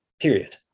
period